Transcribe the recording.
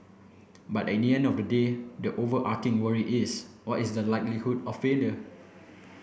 but at the end of the day the overarching worry is what is the likelihood of failure